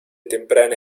temprana